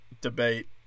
debate